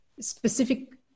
specific